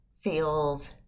feels